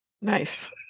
Nice